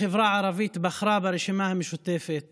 החברה הערבית, בחרה ברשימה המשותפת